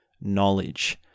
knowledge